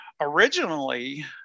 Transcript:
Originally